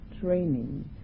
training